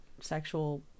sexual